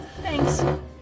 Thanks